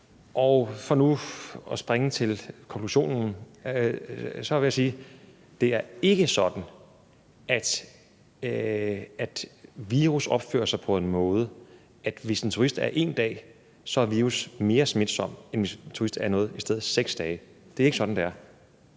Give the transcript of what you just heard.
For nu at springe til konklusionen vil jeg sige, at det ikke er sådan, at virus opfører sig på den måde, at hvis en turist er her 1 dag, er virus mere smitsom, end hvis en turist i stedet er her 6 dage. Det er ikke sådan, det er.